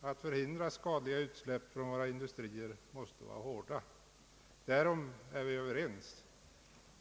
att förhindra skadliga utsläpp från våra industrier måste vara hårda. Därom är vi överens.